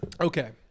Okay